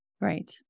Right